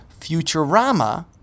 Futurama